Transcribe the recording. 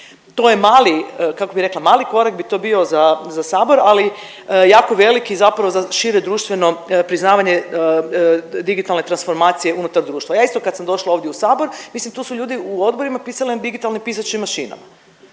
To je mali kako bi rekla, mali korak bi to bio za sabor ali jako veliki zapravo za šire društveno priznavanje digitalne transformacije unutar društva. Ja isto kad sam došla ovdje u sabor mislim tu su ljudi u odbori pisali na digitalne pisaće mašine,